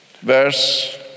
verse